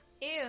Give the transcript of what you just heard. ew